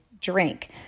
drink